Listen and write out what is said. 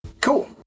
Cool